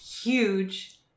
huge